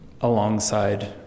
alongside